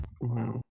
Wow